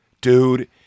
Dude